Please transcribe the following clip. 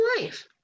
life